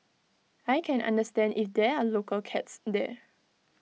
I can understand if there are local cats there